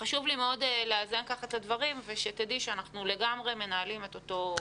חשוב לי מאוד לאזן את הדברים ושתדעי שאנחנו לגמרי מנהלים את אותו שיח.